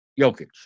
Jokic